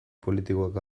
politikoak